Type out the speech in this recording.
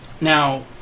Now